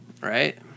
Right